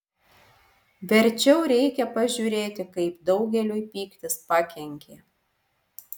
verčiau reikia pažiūrėti kaip daugeliui pyktis pakenkė